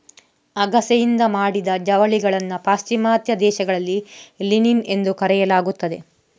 ಅಗಸೆಯಿಂದ ಮಾಡಿದ ಜವಳಿಗಳನ್ನು ಪಾಶ್ಚಿಮಾತ್ಯ ದೇಶಗಳಲ್ಲಿ ಲಿನಿನ್ ಎಂದು ಕರೆಯಲಾಗುತ್ತದೆ